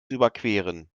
überqueren